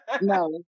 No